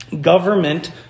government